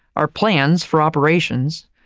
or plans for operations,